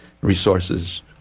resources